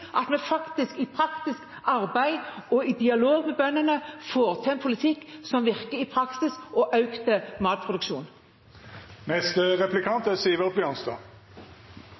at vi i praktisk arbeid og i dialog med bøndene får til en politikk som virker i praksis, og